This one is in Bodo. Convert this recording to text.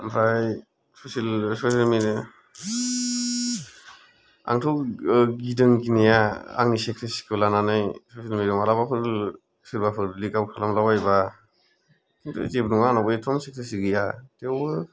आमफ्राय ससेल मिडिया आंथ' गिदों गिनाया आंनि सेक्रेसि खौ लानानै ससेल मिडिया आव मालाबाफोर सोरबाफोर लिक आउत खालामला बायोबा दे जेबो नङा आंनावबो एथ'बां सेक्रेसि गैया थेवबो